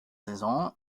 saison